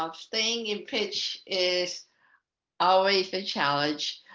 um staying in pitch is always a challenge.